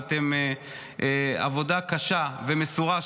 עבודה קשה ומסורה.